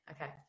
Okay